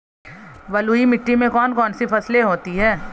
बलुई मिट्टी में कौन कौन सी फसलें होती हैं?